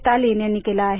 स्टालीन यांनी केला आहे